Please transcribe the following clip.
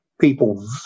people